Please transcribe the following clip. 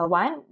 one